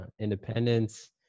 independence